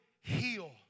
heal